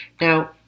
now